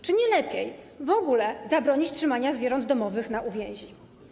Czy nie lepiej w ogóle zabronić trzymania zwierząt domowych na uwięzi?